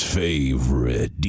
favorite